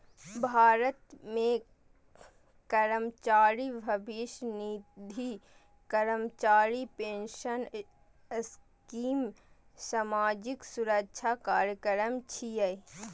भारत मे कर्मचारी भविष्य निधि, कर्मचारी पेंशन स्कीम सामाजिक सुरक्षा कार्यक्रम छियै